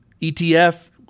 ETF